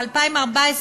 ב-2014,